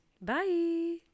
Bye